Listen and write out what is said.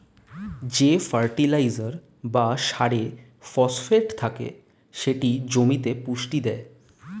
যে ফার্টিলাইজার বা সারে ফসফেট থাকে সেটি জমিতে পুষ্টি দেয়